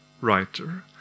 writer